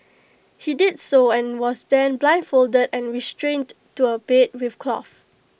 he did so and was then blindfolded and restrained to A bed with cloth